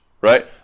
right